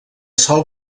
sol